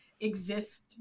exist